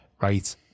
right